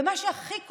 ומה שהכי כואב,